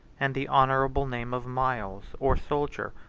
and the honorable name of miles, or soldier,